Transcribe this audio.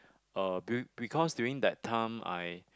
uh be~ because during that time I